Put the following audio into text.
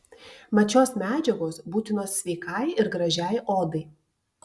mat šios medžiagos būtinos sveikai ir gražiai odai